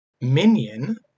minion